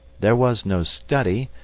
there was no study,